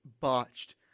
botched